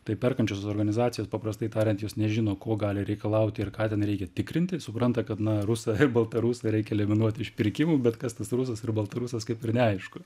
tai perkančiosios organizacijos paprastai tariant jos nežino ko gali reikalauti ir ką ten reikia tikrinti supranta kad na rusą ir baltarusą reikia eliminuot iš pirkimų bet kas tas rusas baltarusas kaip ir neaišku